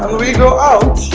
um we go out,